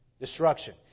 Destruction